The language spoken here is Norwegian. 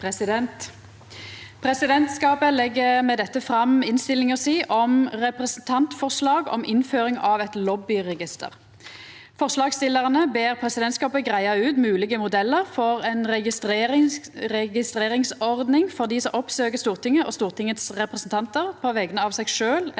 Presidentskapet legg med dette fram innstillinga si om eit representantforslag om innføring av eit lobbyregister. Forslagsstillarane ber presidentskapet greia ut moglege modellar for ei registreringsordning for dei som oppsøkjer Stortinget og Stortingets representantar på vegner av seg sjølve